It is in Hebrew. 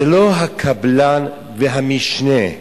זה לא הקבלן והמשנה.